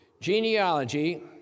genealogy